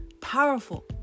powerful